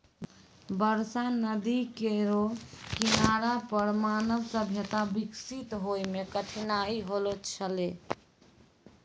बरसा नदी केरो किनारा पर मानव सभ्यता बिकसित होय म कठिनाई होलो छलै